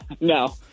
No